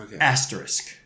Asterisk